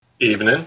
Evening